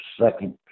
second